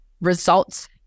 results